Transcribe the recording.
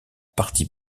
partis